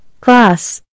class